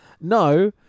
no